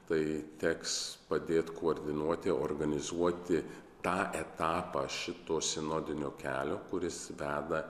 tai teks padėt koordinuoti organizuoti tą etapą šito sinodinio kelio kuris veda